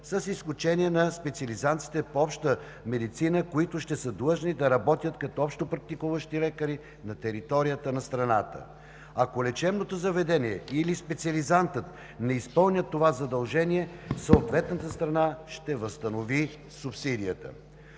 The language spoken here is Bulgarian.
с изключение на специализантите по Обща медицина, които ще са длъжни да работят като общопрактикуващи лекари на територията на страната. Ако лечебното заведение или специализантът не изпълнят това задължение, съответната страна ще възстанови субсидията.